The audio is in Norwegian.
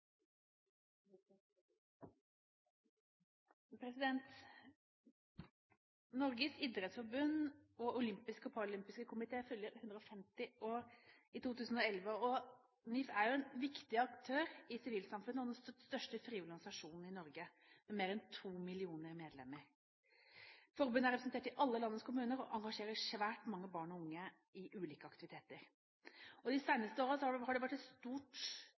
idrettsforbund og olympiske og paralympiske komité – NIF – fyller 150 år i 2011. NIF er jo en viktig aktør i sivilsamfunnet og den største frivillige organisasjonen i Norge med mer enn 2 millioner medlemmer. Forbundet er representert i alle landets kommuner og engasjerer svært mange barn og unge i ulike aktiviteter. De seneste årene har det vært